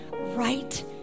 right